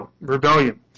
rebellion